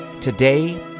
Today